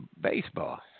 baseball